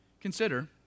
Consider